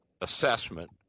assessment